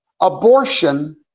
abortion